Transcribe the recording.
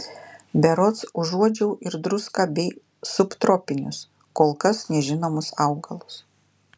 berods užuodžiau ir druską bei subtropinius kol kas nežinomus augalus